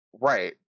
right